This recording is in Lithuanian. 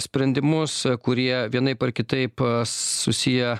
sprendimus kurie vienaip ar kitaip susiję